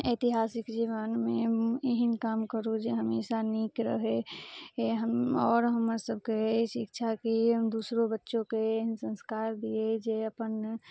ऐतिहासिक जीवनमे एहन काम करू जे हमेशा नीक रहै हम आओर हमर सबके एहि शिक्षाके हम दूसरो बच्चोके एहन संस्कार दियै जे अपन